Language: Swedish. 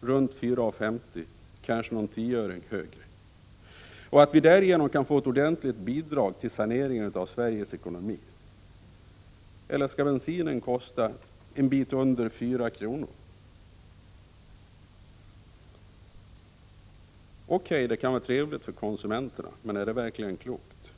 runt 4:50 kr., kanske vara någon tioöring högre, och därigenom få ett ordentligt bidrag till saneringen av Sveriges ekonomi? Eller skall bensinen kosta en bit under 4 kr.? O.K., det senare kan vara trevligt för konsumenterna, men är det verkligen klokt?